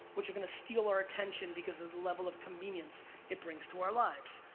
which are gonna steal our attention because of the level of convenience it brings to our lives.